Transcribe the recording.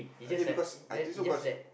I think because I think so because